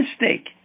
mistake